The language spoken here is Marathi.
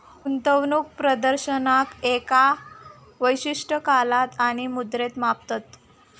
गुंतवणूक प्रदर्शनाक एका विशिष्ट काळात आणि मुद्रेत मापतत